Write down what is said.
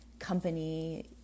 company